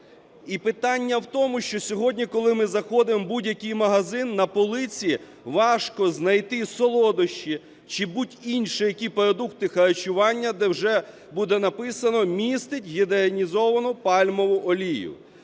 І питання в тому, що сьогодні, коли ми заходимо у будь-який магазин, на полиці важко знайти солодощі чи будь-які інші продукти харчування, де вже буде написано: "містить гідрогенізовану пальмову олію".